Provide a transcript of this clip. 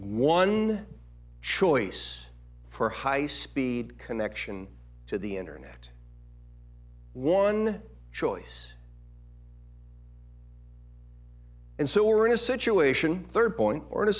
one choice for high speed connection to the internet one choice and so we're in a situation third point or in a